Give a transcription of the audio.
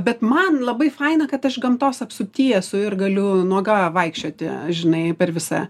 bet man labai faina kad aš gamtos apsupty esu ir galiu nuoga vaikščioti žinai per visą